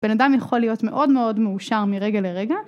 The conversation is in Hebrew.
בן אדם יכול להיות מאוד מאוד מאושר מרגע לרגע